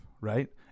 Right